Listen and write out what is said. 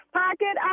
pocket